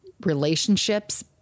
relationships